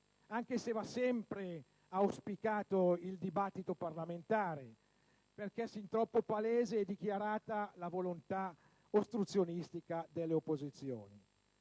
anche se va sempre auspicato il dibattito parlamentare, perché è sin troppo palese e dichiarata la volontà ostruzionistica delle opposizioni.